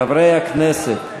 חברי הכנסת.